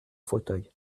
fauteuil